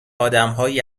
آدمهایی